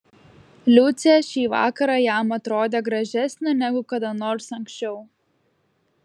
liucė šį vakarą jam atrodė gražesnė negu kada nors anksčiau